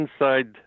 inside